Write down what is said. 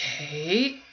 okay